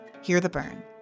heartheburn